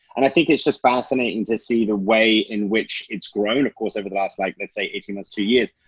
and i think it's just fascinating to see the way in which it's grown of course over the last, like let's say eighteen months, two years,